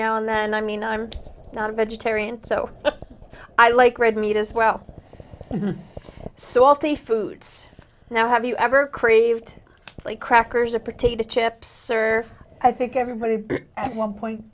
now and then i mean i'm not a vegetarian so i like red meat as well so all the foods now have you ever craved crackers a potato chips or i think everybody at one point